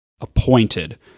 appointed